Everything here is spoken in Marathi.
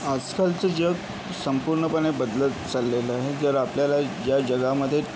आजकालचं जग संपूर्णपणे बदलत चाललेलं आहे जर आपल्याला या जगामध्ये